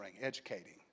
educating